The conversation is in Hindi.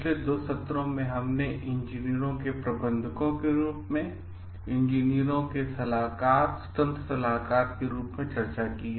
पिछले 2 सत्रों में हमने इंजीनियरों को प्रबंधकों के रूप में इंजीनियरों को सलाहकार स्वतंत्र सलाहकारके रूप में चर्चा की है